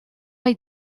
hay